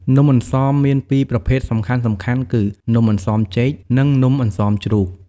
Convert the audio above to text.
នំអន្សមមានពីរប្រភេទសំខាន់ៗគឺ នំអន្សមចេក និង នំអន្សមជ្រូក។